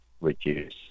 reduce